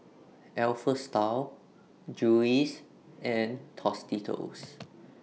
Alpha Style Julie's and Tostitos